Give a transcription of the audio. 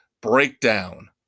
breakdown